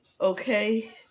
okay